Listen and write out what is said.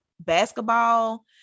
basketball